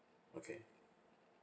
okay